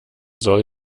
soll